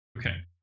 Okay